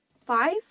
five